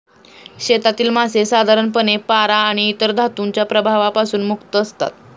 शेतातील मासे साधारणपणे पारा आणि इतर धातूंच्या प्रभावापासून मुक्त असतात